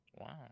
Wow